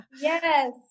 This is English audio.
Yes